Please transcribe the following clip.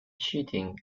cheating